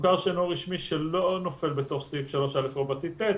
מוכר שאינו רשמי שלא נופל בתוך סעיף 3/א רבתי ט',